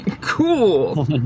Cool